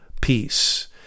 peace